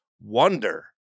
wonder